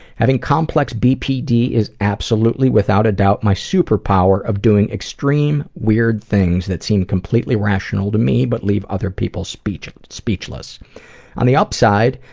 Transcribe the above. having complex bpd is absolutely, without a doubt, my superpower of doing extreme, weird things that seem completely rational to me, but leave other people speechless. on the upside,